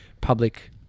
public